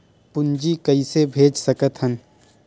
पूंजी कइसे भेज सकत हन?